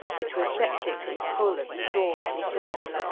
which were septic and full of straw and dirt.